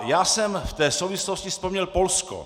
Já jsem v té souvislosti vzpomněl Polsko.